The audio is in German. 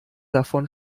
davon